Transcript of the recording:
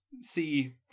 see